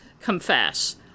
confess